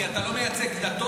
כי אתה לא מייצג דתות,